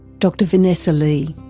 dr vanessa lee.